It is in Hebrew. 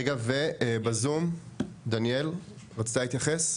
רגע, בזום דניאל רצתה להתייחס?